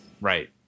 Right